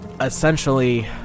essentially